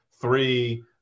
three